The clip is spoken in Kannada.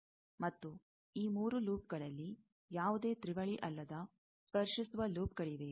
ಮತ್ತು ಈ ಮೂರು ಲೂಪ್ಗಳಲ್ಲಿ ಯಾವುದೇ ತ್ರಿವಳಿ ಅಲ್ಲದ ಸ್ಪರ್ಶಿಸುವ ಲೂಪ್ಗಳಿವೆಯೇ